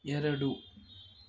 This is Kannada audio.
ಎರಡು